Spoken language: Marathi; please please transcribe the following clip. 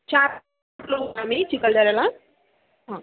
चार लोक आम्ही चिखलदऱ्याला हां